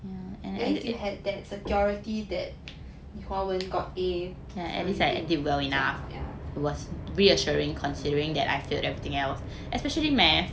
at least you had that security that 你华文 got A so it's